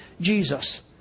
Jesus